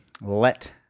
let